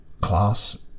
class